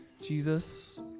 Jesus